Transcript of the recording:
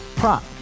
prop